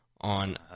on